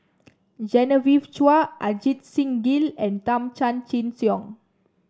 Genevieve Chua Ajit Singh Gill and Tan Chin Siong